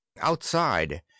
Outside